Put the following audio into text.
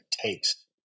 takes